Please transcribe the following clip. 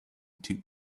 took